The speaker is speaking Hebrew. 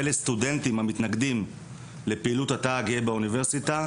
לסטודנטים המתנגדים לפעילות התא הגאה באוניברסיטה,